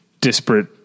disparate